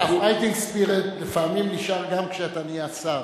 ה-fighting spirit לפעמים נשאר גם כשאתה נהיה שר.